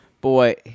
Boy